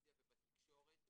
בטלוויזיה ובתקשורת,